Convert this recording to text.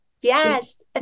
Yes